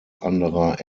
anderer